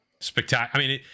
spectacular